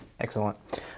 Excellent